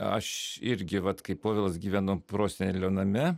aš irgi vat kai povilas gyvenu prosenelio name